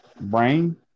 Brain